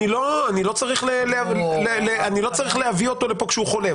אני לא צריך להביא אותו לפה כשהוא חולה.